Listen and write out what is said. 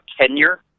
tenure